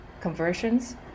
conversions